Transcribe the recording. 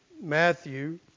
Matthew